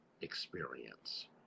experience